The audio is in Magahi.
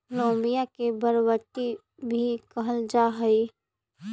लोबिया के बरबट्टी भी कहल जा हई